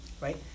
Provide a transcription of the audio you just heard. right